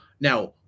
now